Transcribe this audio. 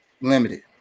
limited